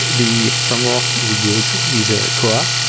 the framework we use is ah quora,